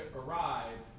arrive